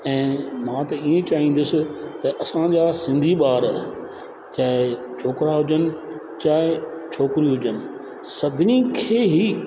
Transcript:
ऐं मां त ईअं चाहींदुसि त असांजा सिंधी ॿार चाहे छोकिरा हुजनि चाहे छोकिरियूं हुजनि सभिनी खे ई